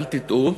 אל תטעו,